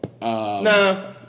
No